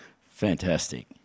Fantastic